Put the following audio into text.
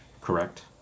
correct